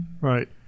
Right